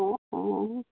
অ' অ'